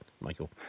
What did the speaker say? Michael